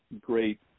great